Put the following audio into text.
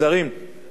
תקפו אותנו,